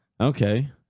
Okay